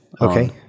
okay